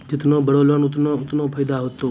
जेतना बड़ो लोन होतए ओतना फैदा होतए